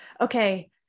Okay